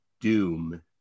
doom